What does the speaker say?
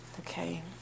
Okay